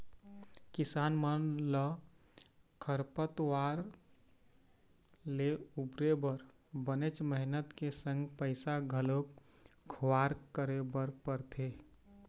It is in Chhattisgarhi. किसान मन ल खरपतवार ले उबरे बर बनेच मेहनत के संग पइसा घलोक खुवार करे बर परथे